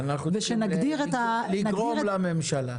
ושנגדיר --- לגרום לממשלה,